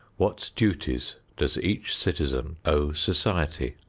what duties does each citizen owe society?